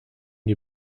die